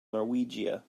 norwegia